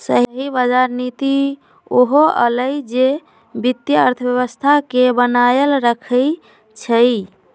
सही बजार नीति उ होअलई जे वित्तीय अर्थव्यवस्था के बनाएल रखई छई